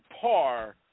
par